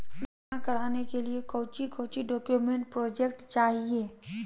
बीमा कराने के लिए कोच्चि कोच्चि डॉक्यूमेंट प्रोजेक्ट चाहिए?